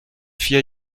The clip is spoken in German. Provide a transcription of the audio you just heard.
vier